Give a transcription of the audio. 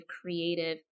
creative